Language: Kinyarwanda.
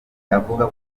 avuga